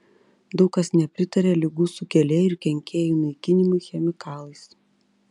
daug kas nepritaria ligų sukėlėjų ir kenkėjų naikinimui chemikalais